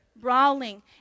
brawling